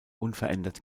unverändert